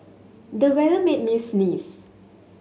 the weather made me sneeze